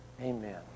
Amen